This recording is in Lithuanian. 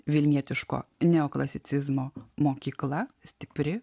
vilnietiško neoklasicizmo mokykla stipri